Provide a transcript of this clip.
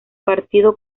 partido